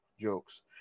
jokes